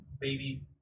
baby